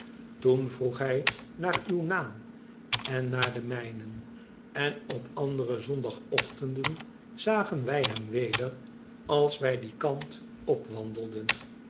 ttoen vroeg mj naar uw naam en naar den mijnen en op andere zondagochtenden zagen wij hem weder ab wij dien kant opwandelden